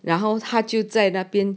然后他就在那边